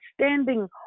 standing